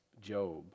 Job